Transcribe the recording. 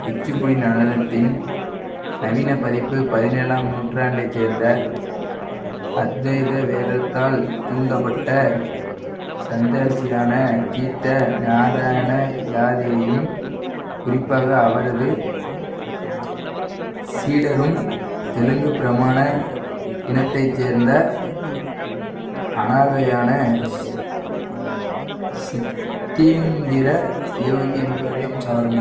குச்சிப்புடி நடனத்தின் நவீன பதிப்பு பதினேழாம் நூற்றாண்டைச் சேர்ந்த அத்வைத வேதத்தால் தூண்டப்பட்ட சந்தேசியான தீர்த்த நாராயண யாதியையும் குறிப்பாக அவரது சீடரும் தெலுங்கு பிராமண இனத்தைச் சேர்ந்த அனாதையான சீத்தீந்திர யோகி என்பவரையும் சாரும்